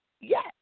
Yes